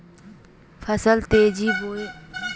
फसल तेजी बोया सामान्य से बढने के सहि तरीका कि होवय हैय?